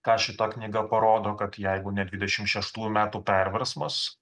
ką šita knyga parodo kad jeigu ne dvidešim šeštųjų metų perversmas